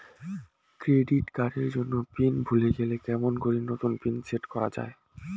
Credit card এর pin ভুলে গেলে কেমন করি নতুন পিন সেট করা য়ায়?